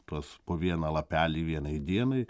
tuos po vieną lapelį vienai dienai